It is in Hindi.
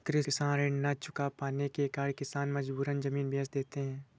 कृषि ऋण न चुका पाने के कारण किसान मजबूरन जमीन बेच देते हैं